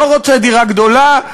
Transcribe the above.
לא רוצה דירה גדולה,